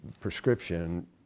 prescription